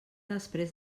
després